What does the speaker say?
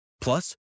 Plus